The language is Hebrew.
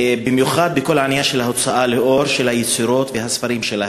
במיוחד בכל העניין של ההוצאה לאור של היצירות והספרים שלהם?